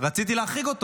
מי הראשון, מאיר כהן?